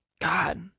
God